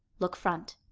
look front,